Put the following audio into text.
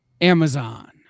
Amazon